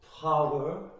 power